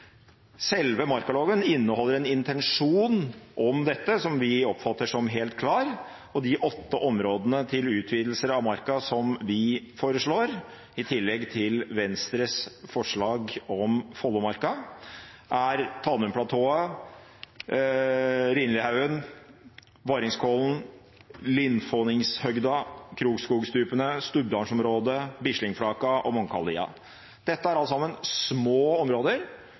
Selve markaloven inneholder en intensjon om dette, som vi oppfatter som helt klar, og de åtte områdene til utvidelse av marka som vi foreslår, i tillegg til Venstres forslag om Follomarka, er Tanumplatået, Rinilhaugen, Varingskollen, Linfåningshøgda, Krokskogstupene, Stubdalsområdet, Bislingflaka og Bånnkallia. Dette er, alle sammen, små områder